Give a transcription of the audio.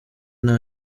nta